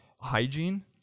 hygiene